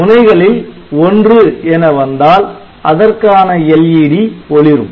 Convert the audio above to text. முனைகளில் '1' என வந்தால் அதற்கான LED ஒளிரும்